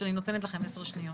שאני נותנת לכם 10 שניות,